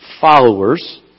followers